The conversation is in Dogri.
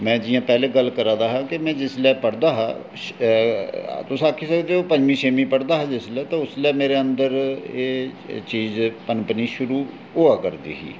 में जि'यां पैह्लें गल्ल करै दा हा कि में जिसलै पढ़दा हा तु तुस आक्खी सकदे ओ पंञमी छेमीं पढ़दा हा जिसलै ते उसलै मेरे अंदर एह् चीज पनपनी शुरू होआ करदी ही